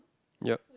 yup